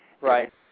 Right